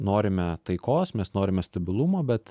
norime taikos mes norime stabilumo bet